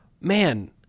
man